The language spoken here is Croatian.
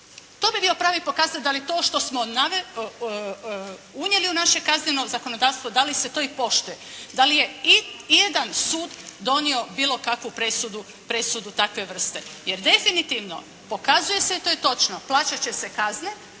To bi bio pravi pokazatelj da li to što smo unijeli u naše kazneno zakonodavstvo da li se to i poštuje, da li je ijedan sud donio bilo kakvu presudu takve vrste. Jer definitivno, pokazuje se i to je točno plaćat će se kazne,